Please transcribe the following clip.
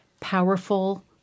powerful